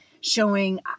showing